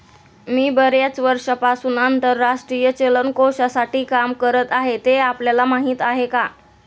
मी बर्याच वर्षांपासून आंतरराष्ट्रीय चलन कोशासाठी काम करत आहे, ते आपल्याला माहीत आहे का?